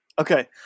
Okay